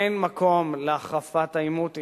אין מקום להחרפת העימות,